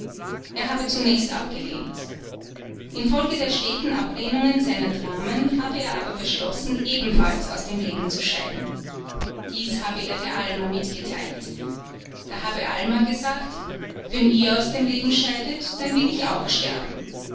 er habe zunächst abgelehnt infolge der steten ablehnungen seiner dramen hatte er aber beschlossen ebenfalls aus dem leben zu scheiden dies habe er der alma mitgeteilt da habe alma gesagt wenn ihr aus dem leben scheidet dann will ich auch sterben